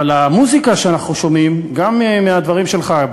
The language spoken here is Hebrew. אבל המוזיקה שאנחנו שומעים גם מהדברים שלך,